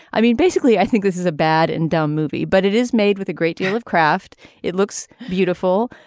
i mean basically i think this is a bad and dumb movie but it is made with a great deal of craft it looks beautiful.